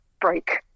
break